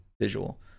visual